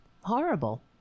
horrible